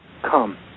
come